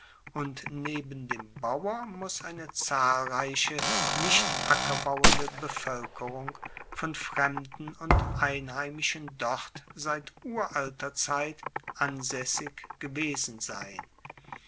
und neben dem bauer muss eine zahlreiche nicht ackerbauende bevoelkerung von fremden und einheimischen dort seit uralter zeit ansaessig gewesen sein